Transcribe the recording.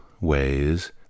ways